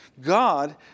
God